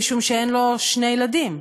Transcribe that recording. משום שאין לו שני ילדים.